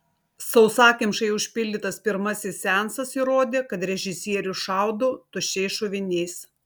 sausakimšai užpildytas pirmasis seansas įrodė kad režisierius šaudo tuščiais šoviniais